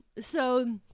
So-